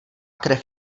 krev